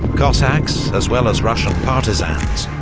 cossacks, as well as russian partisans,